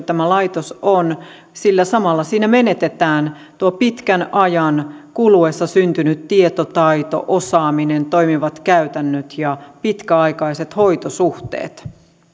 tämä laitos on sillä samalla siinä menetetään tuo pitkän ajan kuluessa syntynyt tietotaito osaaminen toimivat käytännöt ja pitkäaikaiset hoitosuhteet